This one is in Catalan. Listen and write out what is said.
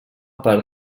part